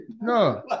No